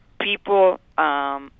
people